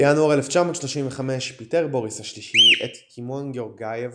בינואר 1935 פיטר בוריס השלישי את קימון גאורגייב